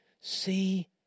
see